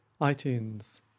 itunes